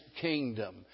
kingdom